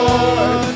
Lord